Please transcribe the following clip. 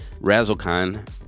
RazzleCon